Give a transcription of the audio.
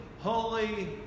Holy